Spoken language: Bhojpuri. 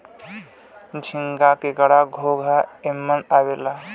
झींगा, केकड़ा, घोंगा एमन आवेला